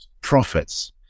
profits